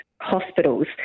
hospitals